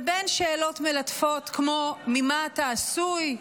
ובין שאלות מלטפות כמו: ממה אתה עשוי,